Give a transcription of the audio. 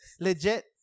legit